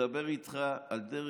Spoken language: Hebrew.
אדוני היושב-ראש, אני מדבר איתך על דרג